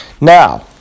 Now